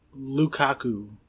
Lukaku